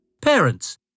Parents